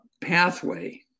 pathway